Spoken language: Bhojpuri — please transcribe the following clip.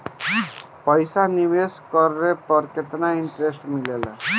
पईसा निवेश करे पर केतना इंटरेस्ट मिलेला?